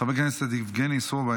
חבר הכנסת יבגני סובה,